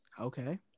Okay